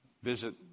visit